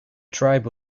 tribe